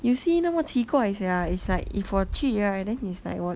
you see 那么奇怪 sia it's like if 我去 right then it's like 我